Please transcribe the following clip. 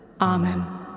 Amen